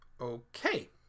Okay